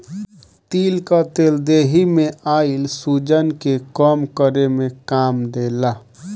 तिल कअ तेल देहि में आइल सुजन के कम करे में काम देला